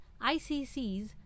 ICCs